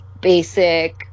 basic